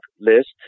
list